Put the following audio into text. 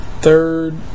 third